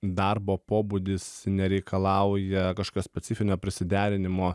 darbo pobūdis nereikalauja kažkokio specifinio prisiderinimo